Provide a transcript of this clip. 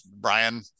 Brian